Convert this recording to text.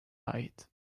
ait